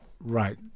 right